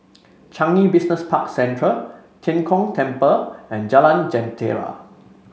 Changi Business Park Central Tian Kong Temple and Jalan Jentera